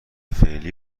فعلی